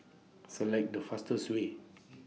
Select The fastest Way